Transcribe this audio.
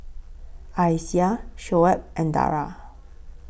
Aisyah Shoaib and Dara